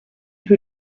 who